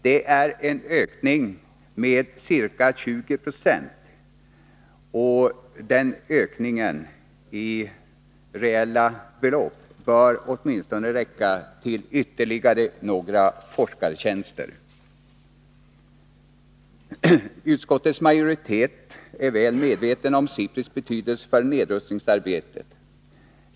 Det är en ökning av anslaget med ca 20 96, och den ökningen, i reella belopp, bör åtminstone räcka till ytterligare några forskartjänster. Utskottets majoritet är väl medveten om SIPRI:s betydelse för nedrustningsarbetet.